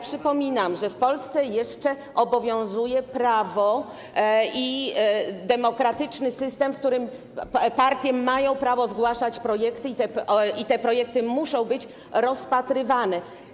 Przypominam, że w Polsce jeszcze obowiązuje prawo i system demokratyczny, w którym partie mają prawo zgłaszać projekty i te projekty muszą być rozpatrywane.